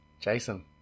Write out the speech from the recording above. Jason